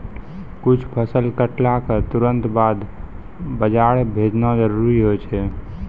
कुछ फसल कटला क तुरंत बाद बाजार भेजना जरूरी होय छै